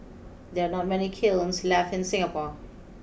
there are not many kilns left in Singapore